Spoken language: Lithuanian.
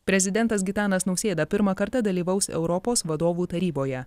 prezidentas gitanas nausėda pirmą kartą dalyvaus europos vadovų taryboje